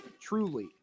Truly